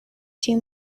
too